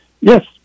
Yes